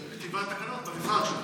אולי אפשר להאיץ כתיבת תקנות במשרד שלו.